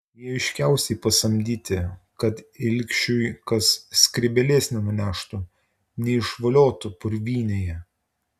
jie aiškiausiai pasamdyti kad ilgšiui kas skrybėlės nenuneštų neišvoliotų purvynėje